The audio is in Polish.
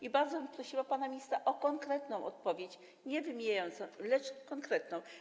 I bardzo bym prosiła pana ministra o konkretną odpowiedź, nie wymijającą, lecz konkretną.